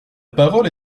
parole